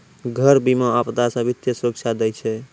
घर बीमा, आपदा से वित्तीय सुरक्षा दै छै